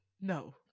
no